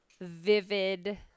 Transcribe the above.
vivid